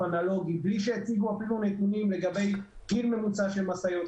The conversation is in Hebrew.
אנלוגי בלי שהציגו אפילו נתונים לגבי גיל ממוצע של משאיות,